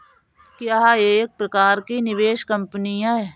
क्या यह एक प्रकार की निवेश कंपनी है?